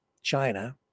China